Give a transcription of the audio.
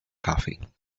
coffee